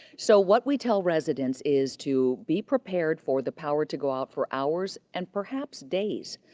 so what we tell residents is to be prepared for the power to go out for hours, and perhaps days.